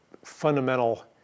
fundamental